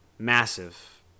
Massive